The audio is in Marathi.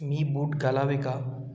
मी बूट घालावे का